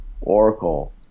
Oracle